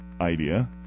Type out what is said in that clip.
idea